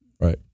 Right